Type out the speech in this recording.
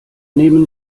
nehmen